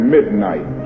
Midnight